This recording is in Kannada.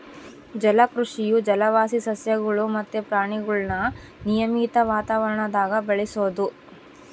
ಜಲಕೃಷಿಯು ಜಲವಾಸಿ ಸಸ್ಯಗುಳು ಮತ್ತೆ ಪ್ರಾಣಿಗುಳ್ನ ನಿಯಮಿತ ವಾತಾವರಣದಾಗ ಬೆಳೆಸೋದು